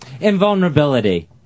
Invulnerability